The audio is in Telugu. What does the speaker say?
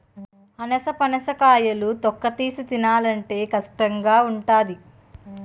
అనాసపనస కాయలు తొక్కతీసి తినాలంటే కష్టంగావుంటాది